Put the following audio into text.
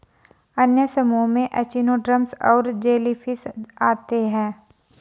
अन्य समूहों में एचिनोडर्म्स और जेलीफ़िश आते है